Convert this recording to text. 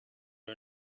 are